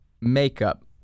makeup